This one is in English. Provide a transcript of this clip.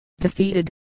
defeated